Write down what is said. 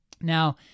Now